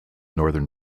northern